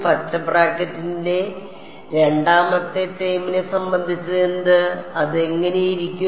പച്ച ബ്രാക്കറ്റിലെ രണ്ടാമത്തെ ടേമിനെ സംബന്ധിച്ചെന്ത് അത് എങ്ങനെയിരിക്കും